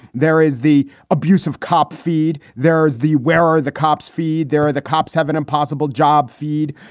there is the abusive cop feed. there is the where are the cops feed. there are the cops have an impossible job feed.